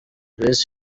luiz